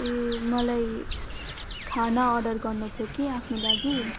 ए मलाई खाना अर्डर गर्नु थियो कि आफ्नो लागि